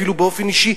אפילו באופן אישי,